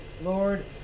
Lord